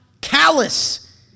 callous